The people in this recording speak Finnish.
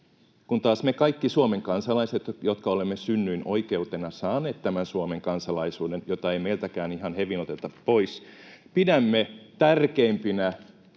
kun taas me kaikki Suomen kansalaiset, jotka olemme synnyinoikeutena saaneet tämän Suomen kansalaisuuden, jota ei meiltäkään ihan hevin oteta pois, pidämme tärkeimpinä